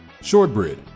Shortbread